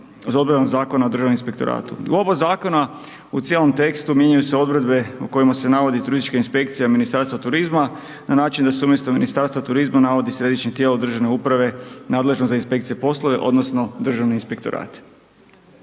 U oba zakona u cijelom tekstu mijenjaju se odredbe na kojima se navodi turistička inspekcija Ministarstva turizma na način da se umjesto Ministarstva turizma navodi središnje tijelo državne uprave nadležno za inspekcijske poslove odnosno Državni inspektorat.